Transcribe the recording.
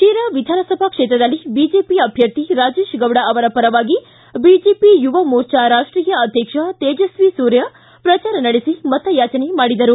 ಶಿರಾ ವಿಧಾನಸಭಾ ಕ್ಷೇತ್ರದಲ್ಲಿ ಬಿಜೆಪಿ ಅಭ್ನರ್ಥಿ ಪರವಾಗಿ ಬಿಜೆಪಿ ಯುವ ಮೋರ್ಜಾ ರಾಷ್ಷೀಯ ಅಧ್ಯಕ್ಷ ತೇಜಸ್ನಿ ಸೂರ್ಯ ಪ್ರಚಾರ ನಡೆಸಿ ಮತಯಾಚನೆ ಮಾಡಿದರು